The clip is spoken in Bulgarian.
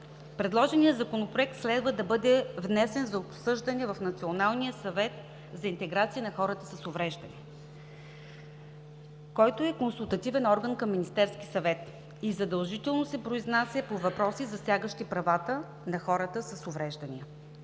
предложеният Законопроект следва да бъде внесен за обсъждане в Националния съвет за интеграция на хората с увреждания, който е консултативен орган към Министерския съвет и задължително се произнася по въпроси, засягащи правата на хората с увреждания.